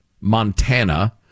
Montana